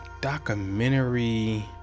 documentary